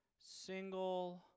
single